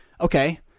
Okay